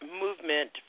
Movement